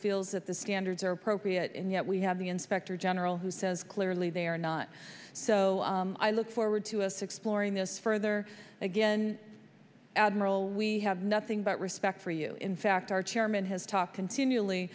feels that the standards are appropriate and yet we have the inspector general who says clearly they are not so i look forward to us exploring those further again admiral we have nothing but respect for you in fact our chairman has talked continually